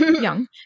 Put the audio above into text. young